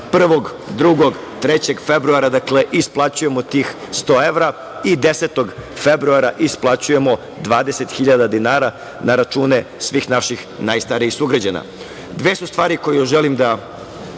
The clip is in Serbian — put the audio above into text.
1, 2. i 3. februara isplaćujemo tih 100 evra i 10. februara isplaćujemo 20.000 dinara na račune svih naših najstarijih sugrađana. Dve su stvari koje još želim da